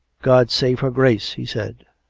god save her grace! he said.